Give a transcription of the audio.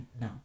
No